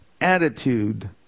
attitude